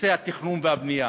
נושא התכנון והבנייה.